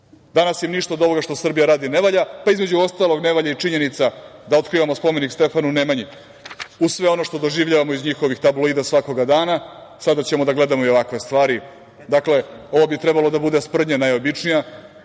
im ništa od ovoga što Srbija radi ne valja, pa između ostalog ne valja ni činjenica da otkrivamo spomenik Stefanu Nemanji, uz sve ono što doživljavamo iz njihovih tabloida svakog dana, sada ćemo da gledamo i ovakve stvari. Dakle, ovo bi trebalo da bude sprdnja najobičnija,